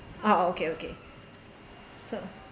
ah okay okay so